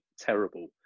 terrible